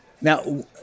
Now